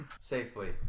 safely